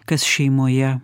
kas šeimoje